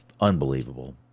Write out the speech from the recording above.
unbelievable